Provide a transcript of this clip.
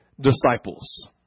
disciples